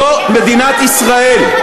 זו מדינת ישראל,